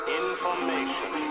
information